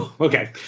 Okay